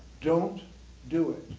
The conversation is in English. don't do it!